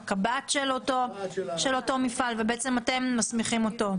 הקב"ט של אותו מפעל ובעצם אתם מסמיכים אותו.